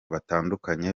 batandukanye